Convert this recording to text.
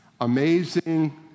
Amazing